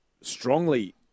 strongly